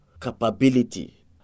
capability